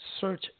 search